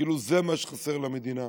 כאילו זה מה שחסר למדינה.